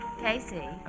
Casey